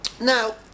Now